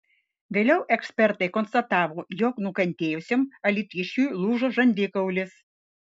vėliau ekspertai konstatavo jog nukentėjusiam alytiškiui lūžo žandikaulis